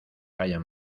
hayan